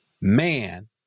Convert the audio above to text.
man